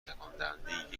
تکاندهندهای